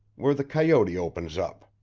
where the coyote opens up.